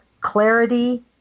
clarity